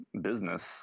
business